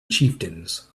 chieftains